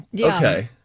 Okay